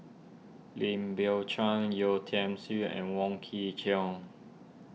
Lim Biow Chuan Yeo Tiam Siew and Wong Kin Jong